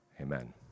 amen